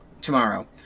tomorrow